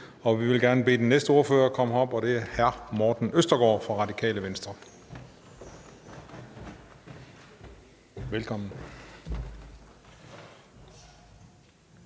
Og vi vil gerne bede den næste ordfører komme herop, og det er hr. Morten Østergaard for Radikale Venstre. Velkommen.